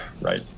Right